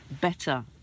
better